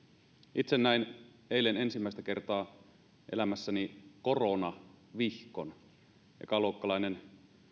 itse näin eilen ensimmäistä kertaa elämässäni koronavihkon ekaluokkalainen